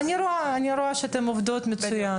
אני רואה שאתן עובדות מצוין.